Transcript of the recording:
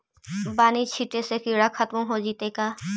बानि छिटे से किड़ा खत्म हो जितै का?